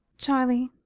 charlie,